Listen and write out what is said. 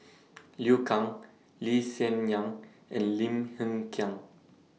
Liu Kang Lee Hsien Yang and Lim Hng Kiang